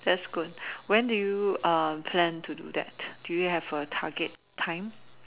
that's good when do you um plan to do that do you have a target time